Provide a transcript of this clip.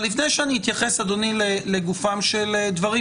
לפני שאני אתייחס לגופם של דברים,